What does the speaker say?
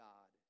God